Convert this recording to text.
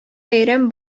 бәйрәм